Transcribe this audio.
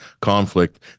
conflict